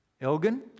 Elgin